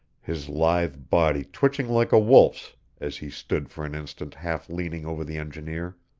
his lithe body twitching like a wolf's as he stood for an instant half leaning over the engineer.